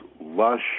lush